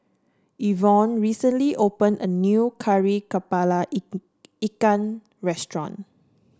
Yvonne recently opened a new kari kepala ik ikan restaurant